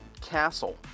castle